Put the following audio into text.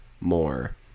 more